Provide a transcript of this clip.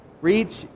reach